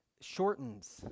shortens